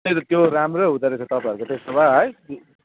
त्यही त त्यो राम्रै हुँदैरहेछ तपाईँहरूको त्यसो भए है